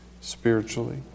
spiritually